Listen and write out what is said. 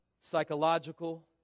psychological